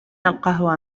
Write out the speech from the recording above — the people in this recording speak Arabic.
القهوة